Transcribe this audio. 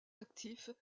actifs